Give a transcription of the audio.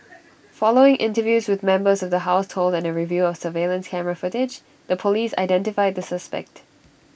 following interviews with members of the household and A review of surveillance camera footage the Police identified the suspect